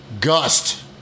Gust